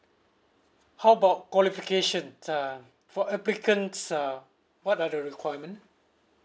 how about qualification uh for applicants uh what are the requirement